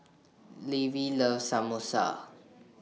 Levie loves Samosa